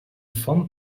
foam